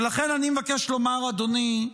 ולכן אני מבקש לומר, אדוני,